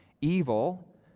evil